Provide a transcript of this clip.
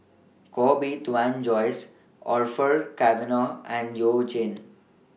Koh Bee Tuan Joyce Orfeur Cavenagh and YOU Jin